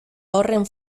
horren